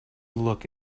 look